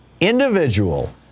individual